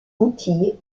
antilles